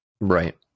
right